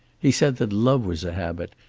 he said that love was a habit,